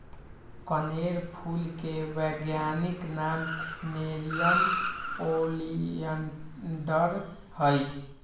कनेर फूल के वैज्ञानिक नाम नेरियम ओलिएंडर हई